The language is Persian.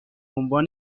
عنوان